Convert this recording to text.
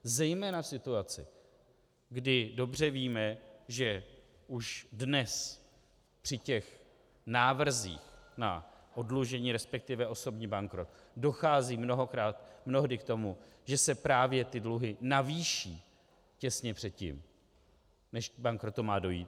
Zejména v situaci, kdy dobře víme, že už dnes při těch návrzích na oddlužení, resp. osobní bankrot, dochází mnohdy k tomu, že se právě ty dluhy navýší těsně předtím, než k bankrotu má dojít.